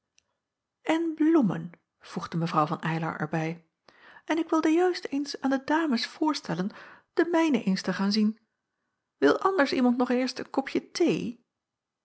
en bloemen voegde mw van eylar er bij en ik wilde juist eens aan de dames voorstellen de mijne eens te gaan zien wil anders iemand nog eerst een kopje thee